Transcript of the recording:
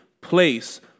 place